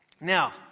Now